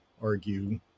argue